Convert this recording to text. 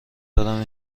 دارم